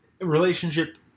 Relationship